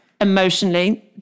emotionally